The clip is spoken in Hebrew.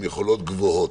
הן גבוהות.